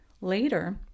Later